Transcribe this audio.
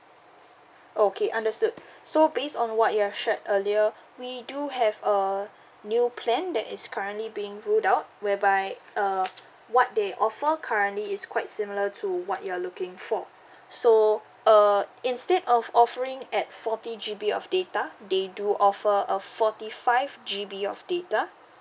okay understood so based on what you are shared earlier we do have a new plan that is currently being rolled out whereby uh what they offer currently is quite similar to what you are looking for so uh instead of offering at forty G_B of data they do offer a forty five G_B of data